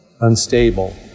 unstable